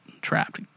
Trapped